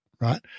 right